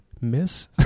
Miss